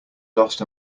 lost